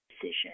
decision